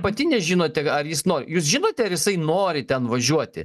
pati nežinote ar jis nori jūs žinote ar jisai nori ten važiuoti